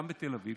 גם בתל אביב,